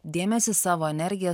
dėmesį savo energiją